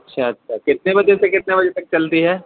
اچھا اچھا کتنے بجے سے کتنے بجے تک چلتی ہے